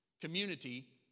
community